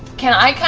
can i